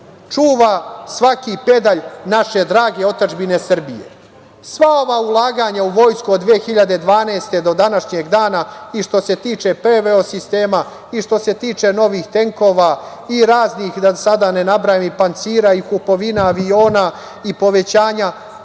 Čuva svaki pedalj naše drage otadžbine Srbije. Sva ova ulaganja u vojsku od 2012. do današnjeg dana i što se tiče PVO sistema, i što se tiče novih tenkova i raznih, da sada ne nabrajam, pancira i kupovina aviona i povećanja